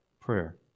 prayer